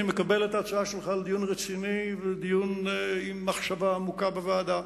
אני מקבל את ההצעה שלך לדיון רציני ולדיון עם מחשבה עמוקה בוועדה.